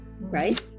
right